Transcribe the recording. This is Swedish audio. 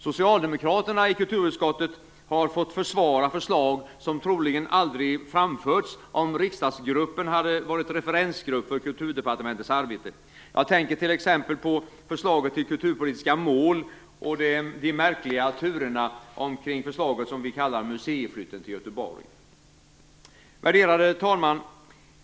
Socialdemokraterna i kulturutskottet har fått försvara förslag som troligen aldrig skulle ha framförts om riksdagsgruppen hade varit referensgrupp för Kulturdepartementets arbete. Jag tänker t.ex. på förslaget till kulturpolitiska mål och de märkliga turerna kring det förslag som vi kallar för museiflytten till Göteborg. Värderade talman!